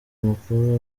mukuru